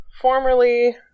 Formerly